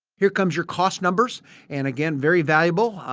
here comes you cost numbers and again very valuable.